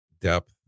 depth